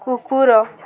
କୁକୁର